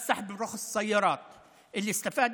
שבוטלה בו שלילת רישיונות של כלי רכב.